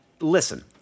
listen